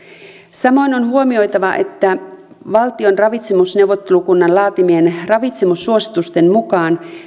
samoin on huomioitava että valtion ravitsemusneuvottelukunnan laatimien ravitsemussuositusten mukaan